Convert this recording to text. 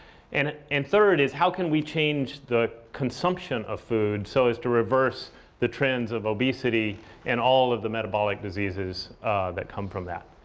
and and third is, how can we change the consumption of food so as to reverse the trends of obesity and all of the metabolic diseases that come from that?